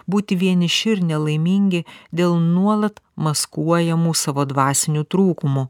būti vieniši ir nelaimingi dėl nuolat maskuojamų savo dvasinių trūkumų